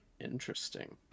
Interesting